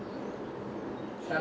ah they are